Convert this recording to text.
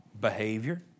behavior